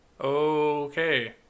Okay